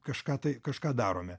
kažką tai kažką darome